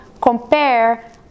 compare